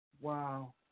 wow